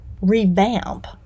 revamp